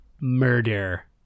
murder